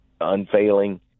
unfailing